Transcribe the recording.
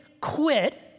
quit